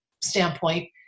standpoint